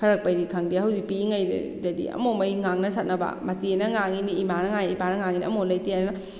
ꯐꯔꯛꯄꯩꯗꯤ ꯈꯪꯗꯦ ꯍꯧꯖꯤꯛ ꯄꯤꯛꯏꯉꯩꯗꯗꯤ ꯑꯃꯣꯃꯩ ꯉꯥꯡꯅ ꯁꯛꯅꯕ ꯃꯆꯦꯅ ꯉꯥꯡꯏꯅꯤ ꯏꯃꯥꯅ ꯉꯥꯡꯏ ꯏꯄꯥꯅ ꯉꯥꯡꯏ ꯑꯝꯐꯥꯎ ꯂꯩꯇꯦ ꯑꯗꯨꯅ